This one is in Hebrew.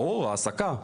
ברור, העסקה.